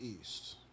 east